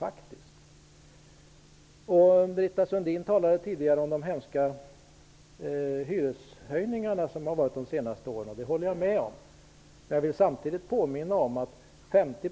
Jag håller med Britta Sundin när hon talar om de hemska hyreshöjningarna under de senaste åren. Men samtidigt vill jag påminna om att 50